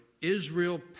Israel